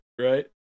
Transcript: right